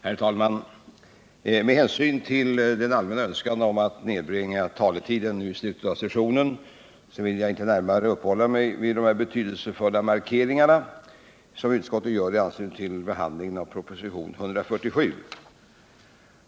Herr talman! Med hänsyn till en allmän önskan att nedbringa taletiden i slutet av sessionen skall jag inte närmare uppehålla mig vid de betydelsefulla markeringar som utskottet gör i anslutning till behandlingen av proposition 147.